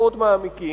מאוד מעמיקים,